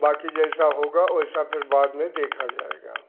बाकी जैसा होगा वैसा फिर बाद में देखा जाएगा